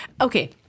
Okay